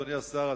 אדוני השר,